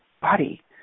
body